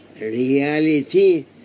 reality